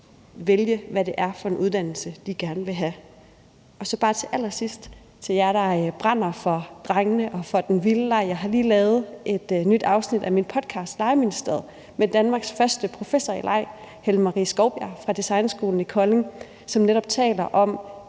vælge, hvad det er for en uddannelse, de gerne vil have. Så bare til allersidst vil jeg sige noget til alle jer, der brænder for drenge og for den vilde leg. Jeg har lige lavet et nyt afsnit af min podcast, »Legeministeriet«, med Danmarks første professor i leg, Helle Marie Skovbjerg, fra Designskolen Kolding, som netop taler om,